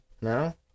No